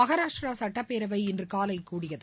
மகாராஷ்டிரா சட்டப்பேரவை இன்று காலை கூடியது